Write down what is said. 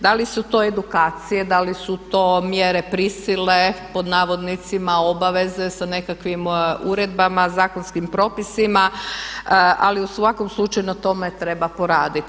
Da li su to edukacije, da li su to mjere prisile, pod navodnicima obaveze sa nekakvim uredbama, zakonskim propisima ali u svakom slučaju na tome treba poraditi.